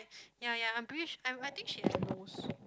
ya ya I'm pretty sure I I think she like knows